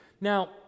Now